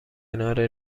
کنار